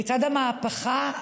לצד המהפכה במודעות,